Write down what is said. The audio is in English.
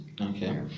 Okay